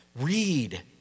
Read